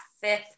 fifth